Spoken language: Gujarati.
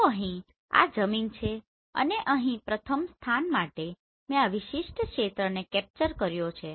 તો અહીં આ જમીન છે અને અહીં પ્રથમ સ્થાન માટે મેં આ વિશિષ્ટ ક્ષેત્રને કેપ્ચર કર્યો છે